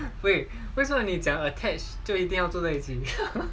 wait 为什么你讲的 attach 就一定要住在一起